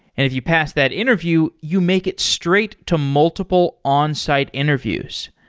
if you pass that interview, you make it straight to multiple onsite interviews.